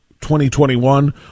2021